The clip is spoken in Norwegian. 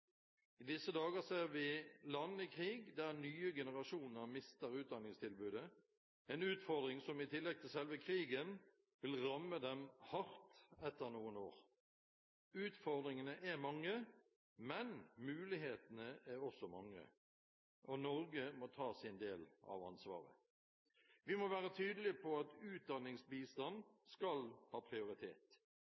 I disse dager ser vi land i krig der nye generasjoner mister utdanningstilbudet, en utfordring som i tillegg til selve krigen vil ramme dem hardt etter noen år. Utfordringene er mange, men mulighetene er også mange, og Norge må ta sin del av ansvaret. Vi må være tydelige på at